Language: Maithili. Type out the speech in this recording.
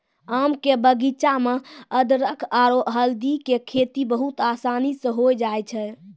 आम के बगीचा मॅ अदरख आरो हल्दी के खेती बहुत आसानी स होय जाय छै